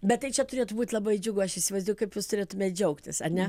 bet tai čia turėtų būt labai džiugu aš įsivaizduoju kaip jūs turėtumėt džiaugtis ar ne